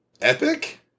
epic